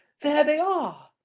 there they are!